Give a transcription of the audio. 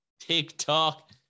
TikTok